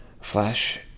Flash